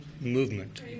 movement